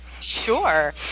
Sure